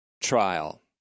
trial